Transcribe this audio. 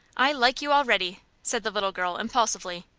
i like you already, said the little girl, impulsively.